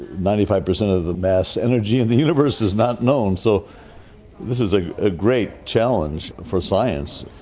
ninety five percent of the mass energy in the universe is not known, so this is ah a great challenge for science.